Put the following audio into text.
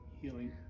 healing